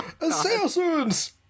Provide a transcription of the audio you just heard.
Assassins